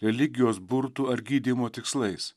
religijos burtų ar gydymo tikslais